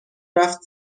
رفت